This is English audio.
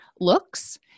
looks